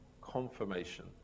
confirmation